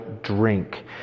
Drink